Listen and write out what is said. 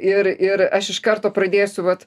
ir ir aš iš karto pradėsiu vat